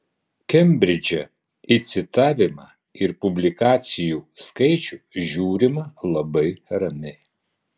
kembridže į citavimą ir publikacijų skaičių žiūrima labai ramiai